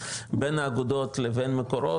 בין האגודות לבין מקורות,